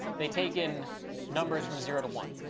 they take in numbers from zero to one.